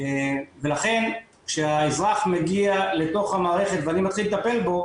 ולכן כשהאזרח מגיע לתוך המערכת ואני מתחיל לטפל בו,